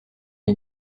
les